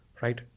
right